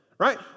Right